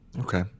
Okay